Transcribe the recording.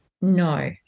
No